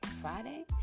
Friday